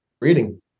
reading